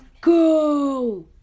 go